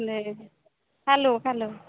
খালো খালো